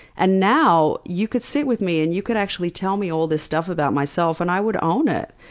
and now, you could sit with me and you could actually tell me all this stuff about myself, and i would own it.